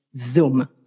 zoom